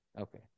Okay